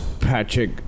Patrick